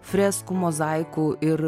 freskų mozaikų ir